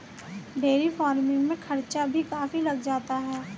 dairy farming में खर्चा भी काफी लग जाता है